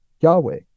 Yahweh